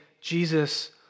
Jesus